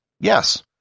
yes